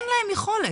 אין להם יכולת.